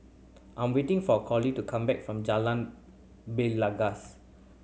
I'm waiting for Colie to come back from Jalan Belangkas